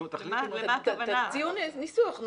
תחליטו מה אתם רוצים.